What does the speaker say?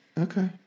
Okay